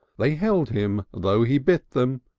they held him though he bit them,